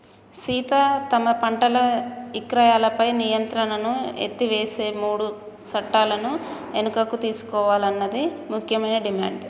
సీత తమ పంటల ఇక్రయాలపై నియంత్రణను ఎత్తివేసే మూడు సట్టాలను వెనుకకు తీసుకోవాలన్నది ముఖ్యమైన డిమాండ్